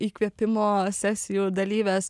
įkvėpimo sesijų dalyvės